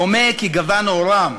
דומה כי גון עורם